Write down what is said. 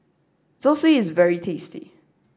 Zosui is very tasty